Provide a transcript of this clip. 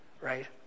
right